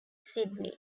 sidney